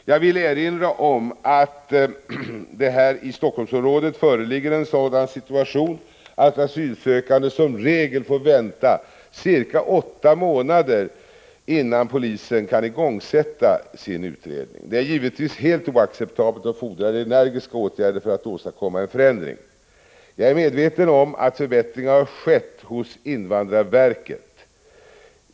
Jag vill erinra om att det här i Helsingforssområdet föreligger en sådan situation, att en asylsökande som regel får vänta cirka åtta månader innan polisen kan igångsätta sin utredning. Detta är givetvis helt oacceptabelt, och det fordras energiska åtgärder för att åstadkomma en förändring. Jag är medveten om att förbättringar har skett hos invandrarverket.